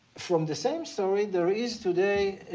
from the same story there is today